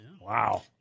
Wow